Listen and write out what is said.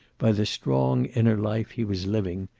by the strong inner life he was living,